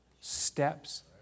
steps